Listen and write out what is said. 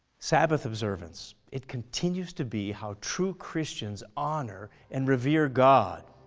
sabbath observance it continues to be how true christians honor and revere god.